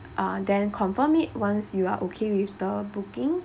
uh then confirm it once you are okay with the booking